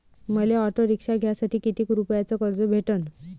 मले auto rickshaw घ्यासाठी कितीक रुपयाच कर्ज भेटनं?